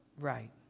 right